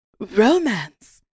Romance